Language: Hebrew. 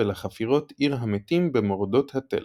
ולחפירות עיר המתים במורדות התל.